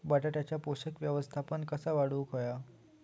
बटाट्याचा पोषक व्यवस्थापन कसा वाढवुक होया?